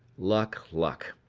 luck, luck,